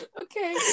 okay